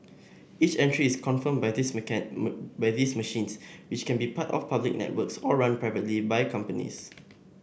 each entry is confirmed by these by these machines which can be part of public networks or run privately by companies